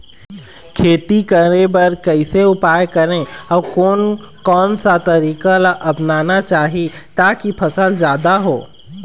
खेती करें बर कैसे उपाय करें अउ कोन कौन सा तरीका ला अपनाना चाही ताकि फसल जादा हो?